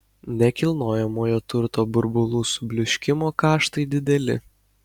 nekilnojamojo turto burbulų subliūškimo kaštai dideli